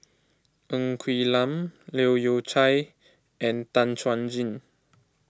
Ng Quee Lam Leu Yew Chye and Tan Chuan Jin